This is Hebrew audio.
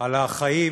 על החיים